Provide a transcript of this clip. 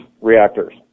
reactors